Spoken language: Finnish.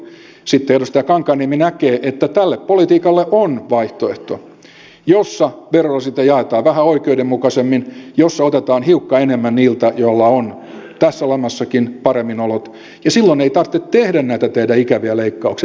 toivon että silloin sitten edustaja kankaanniemi näkee että tälle politiikalle on vaihtoehto jossa verorasite jaetaan vähän oikeudenmukaisemmin jossa otetaan hiukka enemmän niiltä joilla on tässä lamassakin paremmin olot ja silloin ei tarvitse tehdä näitä teidän ikäviä leikkauksianne